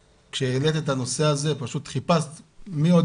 כשהעלית את הנושא הזה פשוט חיפשת מי עוד